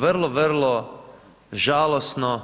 Vrlo, vrlo žalosno